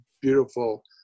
beautiful